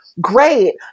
great